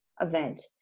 event